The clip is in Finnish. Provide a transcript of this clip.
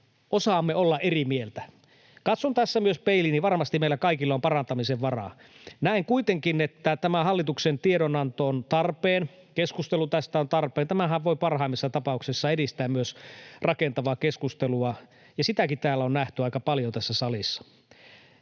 osaamme olla eri mieltä. Katson tässä myös peiliin. Varmasti meillä kaikilla on parantamisen varaa. Näen kuitenkin, että tämä hallituksen tiedonanto on tarpeen, keskustelu tästä on tarpeen. Tämähän voi parhaimmassa tapauksessa edistää myös rakentavaa keskustelua, ja sitäkin täällä salissa on nähty aika paljon. Ja itse